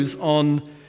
on